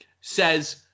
says